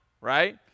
right